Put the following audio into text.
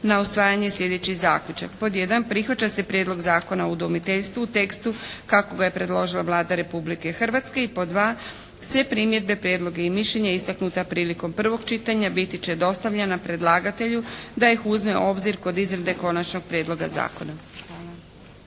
na usvajanje sljedeći zaključak. 1. Prihvaća se Prijedlog zakona o udomiteljstvu u tekstu kako ga je predložila Vlada Republike Hrvatske i 2. Sve primjedbe, prijedloge i mišljenja istaknuta prilikom prvog čitanja biti će dostavljena predlagatelju da ih uzme u obzir kod izrade konačnog prijedloga zakona. Hvala.